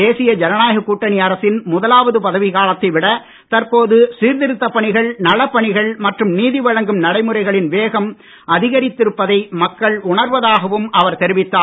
தேசிய ஜனநாயகக் கூட்டணி அரசின் முதலாவது பதவி காலத்தை விட தற்போது சீர்திருத்தப் பணிகள் நலப்பணிகள் மற்றும் நீதி வழங்கும் நடைமுறைகளின் வேகம் அதிகரித்திருப்பதை மக்கள் உணர்வதாகவும் அவர் தெரிவித்தார்